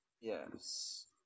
Yes